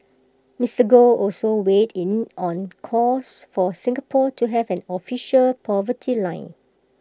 Mister Goh also weighed in on calls for Singapore to have an official poverty line